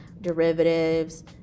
derivatives